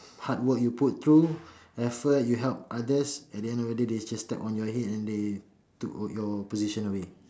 hard work you put through effort you help others at the end of the day they just step on your head and they took your position away